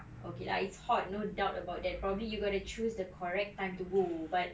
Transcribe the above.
okay lah it's hot no doubt about that probably you got to choose the correct time to go but